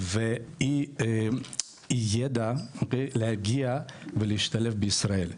ואי ידע להגיע ולהשתלב בישראל,